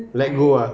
let go ah